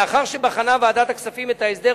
לאחר שבחנה ועדת הכספים את ההסדר,